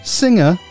singer